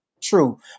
true